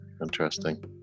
interesting